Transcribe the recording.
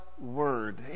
Word